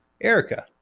Erica